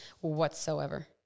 Whatsoever